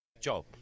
Job